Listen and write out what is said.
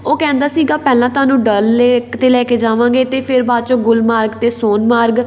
ਉਹ ਕਹਿੰਦਾ ਸੀਗਾ ਪਹਿਲਾਂ ਤੁਹਾਨੂੰ ਡਲ ਲੇਕ 'ਤੇ ਲੈ ਕੇ ਜਾਵਾਂਗੇ ਅਤੇ ਫਿਰ ਬਾਅਦ ਚੋਂ ਗੁਲਮਾਰਗ ਅਤੇ ਸੋਨ ਮਾਰਗ